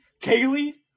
Kaylee